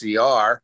CR